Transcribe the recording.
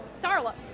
Starla